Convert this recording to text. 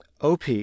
op